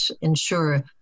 ensure